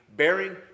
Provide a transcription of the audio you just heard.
bearing